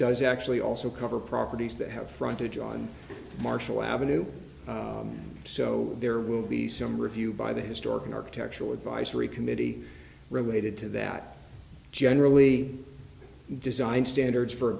does actually also cover properties that have frontage on marshall avenue so there will be some review by the historic an architectural advisory committee related to that generally design standards for a